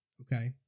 Okay